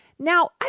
Now